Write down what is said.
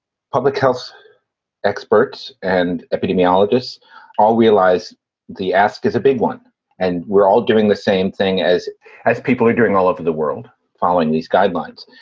public health experts and epidemiologists all realize the ask is a big one and we're all doing the same thing as as people are doing all over the world following these guidelines.